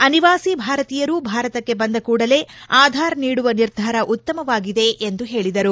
ಅನಿವಾಸಿ ಭಾರತೀಯರು ಭಾರತಕ್ಕೆ ಬಂದ ಕೂಡಲೇ ಆಧಾರ್ ನೀಡುವ ನಿರ್ಧಾರ ಉತ್ತಮವಾಗಿದೆ ಎಂದು ಪೇಳಿದರು